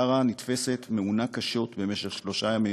שרה נתפסת ומעונה קשות במשך שלושה ימים,